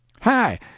hi